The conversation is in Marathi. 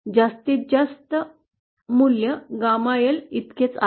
जास्तीत जास्त मूल्य गॅमा एल इतकेच आहे